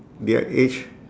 their age